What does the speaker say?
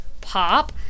pop